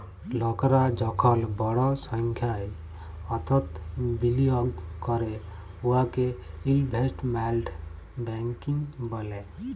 লকরা যখল বড় সংখ্যায় অথ্থ বিলিয়গ ক্যরে উয়াকে ইলভেস্টমেল্ট ব্যাংকিং ব্যলে